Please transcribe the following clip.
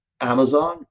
Amazon